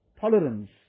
tolerance